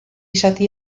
zati